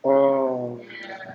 oh